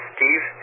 Steve